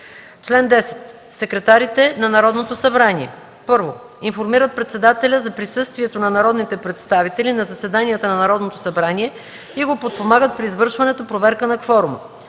„Чл. 10. Секретарите на Народното събрание: 1. информират председателя за присъствието на народните представители на заседанията на Народното събрание и го подпомагат при извършване проверка на кворума;